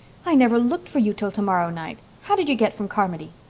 i never looked for you till tomorrow night. how did you get from carmody?